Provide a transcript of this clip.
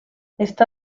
está